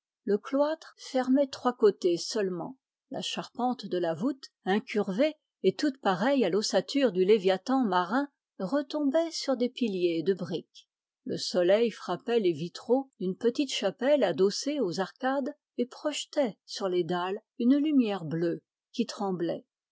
le cloître fermait trois côtés seulement la charpente de la voûte incurvée et toute pareille à l'ossature du léviathan marin retombait sur des piliers de briques le soleil frappait les vitraux d'une petite chapelle adossée aux arcades et projetait sur les dalles une lumière bleue qui tremblait